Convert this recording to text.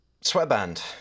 Sweatband